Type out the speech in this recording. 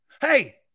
Hey